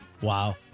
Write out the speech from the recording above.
Wow